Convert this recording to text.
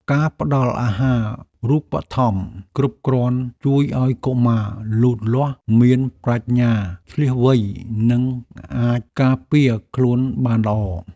ការផ្តល់អាហារូបត្ថម្ភគ្រប់គ្រាន់ជួយឱ្យកុមារលូតលាស់មានប្រាជ្ញាឈ្លាសវៃនិងអាចការពារខ្លួនបានល្អ។